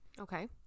Okay